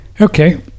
Okay